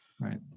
Right